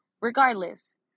regardless